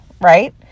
right